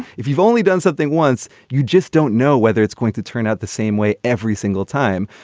if you've only done something once you just don't know whether it's going to turn out the same way every single time.